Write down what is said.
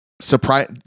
surprise